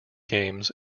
games